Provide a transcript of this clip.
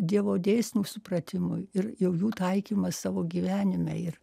dievo dėsnių supratimui ir jau jų taikymas savo gyvenime ir